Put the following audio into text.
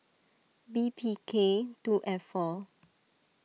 B P K two F four